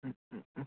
ꯎꯝ ꯎꯝ ꯎꯝ